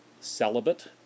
celibate